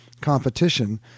competition